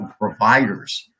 providers